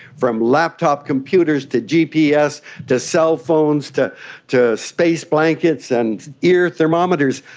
from laptop computers to gps to cell phones to to space blankets and ear thermometers,